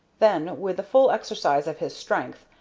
then, with the full exercise of his strength,